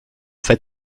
fait